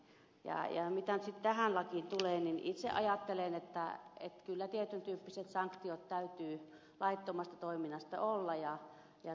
mitä nyt sitten tähän lakiin tulee niin itse ajattelen että kyllä tietyn tyyppiset sanktiot täytyy laittomasta toiminnasta olla